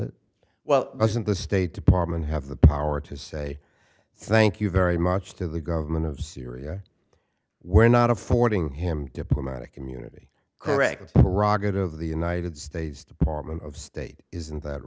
it well doesn't the state department have the power to say thank you very much to the government of syria we're not affording him diplomatic immunity correct the raga of the united states department of state isn't that